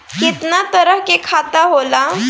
केतना तरह के खाता होला?